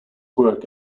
work